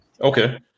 Okay